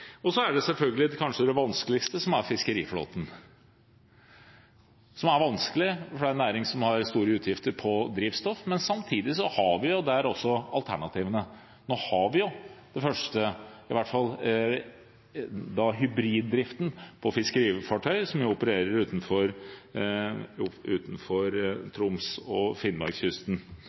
Så er det selvfølgelig det som kanskje er det vanskeligste, nemlig fiskeriflåten. Det er vanskelig fordi det er en næring som har store utgifter på drivstoff, men samtidig har vi også der alternativene. Nå har vi det første eksemplet på hybriddrift av fiskefartøy, som opererer utenfor Troms og langs Finnmarkskysten.